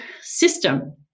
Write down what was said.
system